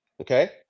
okay